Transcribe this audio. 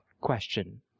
Question